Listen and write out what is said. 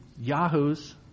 yahoos